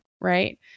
right